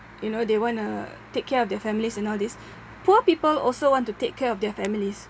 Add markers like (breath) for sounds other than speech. you know they wanna take care of their families and all these (breath) poor people also want to take care of their families